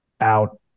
out